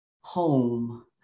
home